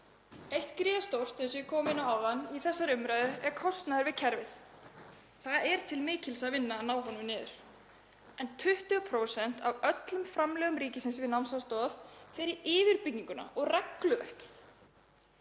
Eitt gríðarstórt atriði, eins og ég kom inn á áðan í þessari umræðu, er kostnaður við kerfið. Það er til mikils að vinna að ná honum niður en 20% af öllum framlögum ríkisins við námsaðstoð fara í yfirbygginguna og regluverkið.